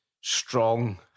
strong